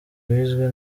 wizwe